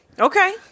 Okay